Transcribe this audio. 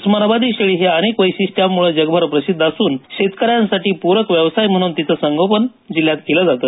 उस्मानाबादी शेळी ही अनेक वैशिष्ट्यांमुळे जगभर प्रसिद्ध असून शेतकऱ्यांसाठी प्रक व्यवसाय म्हणून तिचं संगोपन जिल्ह्यात केलं जातं